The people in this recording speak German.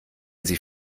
sie